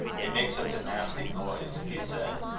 they make such a nasty noise! he said.